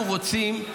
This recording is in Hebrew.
אנחנו רוצים,